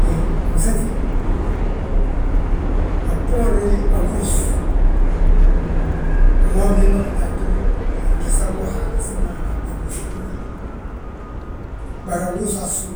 Hee, fnse fi, a bboorin aluus, wi maa wi biñaŋ ma bindúba tu, ngi sag mo Haala, sam Haala nga aluusi tída. Bari aluusa asúm,